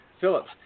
Phillips